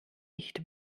nicht